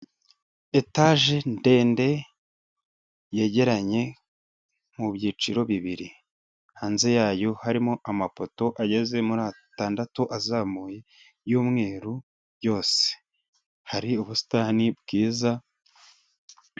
Etaje ndende yegeranye mu byiciro bibiri, hanze yayo harimo amapoto ageze muri atandatu azamuye y'umweru yose, hari ubusitani bwiza.